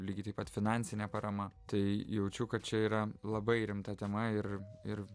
lygiai taip pat finansinė parama tai jaučiu kad čia yra labai rimta tema ir ir